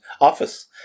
office